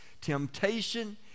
temptation